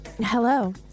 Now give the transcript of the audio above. Hello